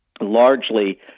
Largely